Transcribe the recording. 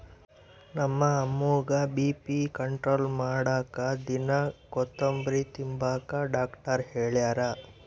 ನಮ್ಮ ಅಮ್ಮುಗ್ಗ BP control ಮಾಡಾಕ ದಿನಾ ಕೋತುಂಬ್ರೆ ತಿಂಬಾಕ ಡಾಕ್ಟರ್ ಹೆಳ್ಯಾರ